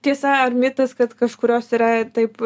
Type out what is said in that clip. tiesa ar mitas kad kažkurios yra taip